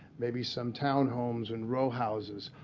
maybe some townhomes and row houses.